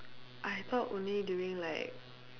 I talk only during like